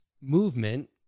movement